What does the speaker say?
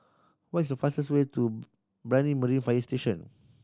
what is the fastest way to Brani Marine Fire Station